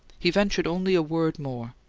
he ventured only a word more.